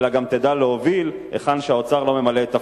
אלא גם תדע להוביל היכן שהאוצר לא ממלא את תפקידו.